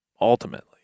ultimately